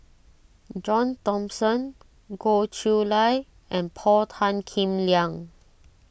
John Thomson Goh Chiew Lye and Paul Tan Kim Liang